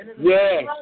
Yes